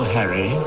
Harry